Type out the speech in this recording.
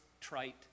trite